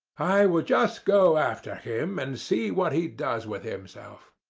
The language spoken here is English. i will just go after him and see what he does with himself.